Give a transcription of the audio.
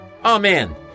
Amen